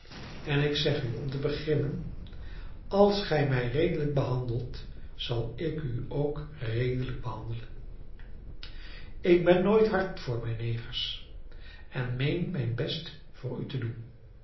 en ik zeg u om te beginnen als gij mij redelijk behandelt zal ik u ook redelijk behandelen ik ben nooit hard voor mijne negers en meen mijn best voor u te doen